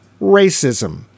racism